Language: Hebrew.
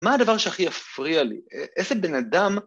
מה הדבר שהכי יפריע לי, איזה בן אדם...